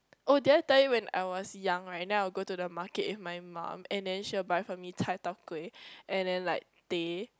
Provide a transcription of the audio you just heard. oh did I tell you when I was young right and then I will go to the market with my mum and then she will buy for me Cai-Tao-Kway and then like teh